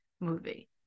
movie